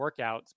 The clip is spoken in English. workouts